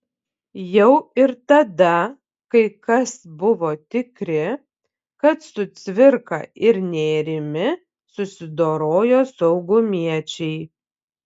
jau ir tada kai kas buvo tikri kad su cvirka ir nėrimi susidorojo saugumiečiai